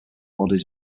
ordered